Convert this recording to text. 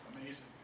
amazing